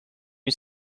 une